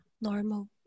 normal